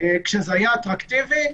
כשזה היה אטרקטיבי,